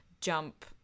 jump